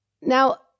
Now